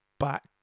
Back